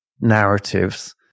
narratives